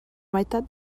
meitat